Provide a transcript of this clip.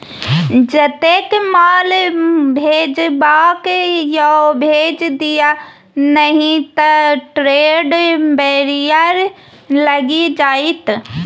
जतेक माल भेजबाक यै भेज दिअ नहि त ट्रेड बैरियर लागि जाएत